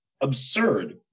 absurd